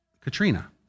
Katrina